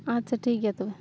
ᱟᱪᱪᱷᱟ ᱴᱷᱤᱠ ᱜᱮᱭᱟ ᱛᱚᱵᱮ